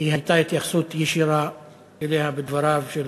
כי הייתה התייחסות ישירה אליה בדבריו של